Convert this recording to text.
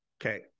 Okay